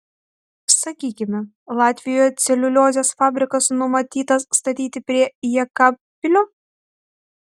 sakykime latvijoje celiuliozės fabrikas numatytas statyti prie jekabpilio